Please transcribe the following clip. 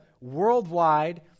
worldwide